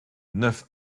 neuf